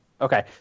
Okay